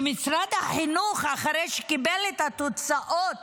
שמשרד החינוך, אחרי שקיבל את התוצאות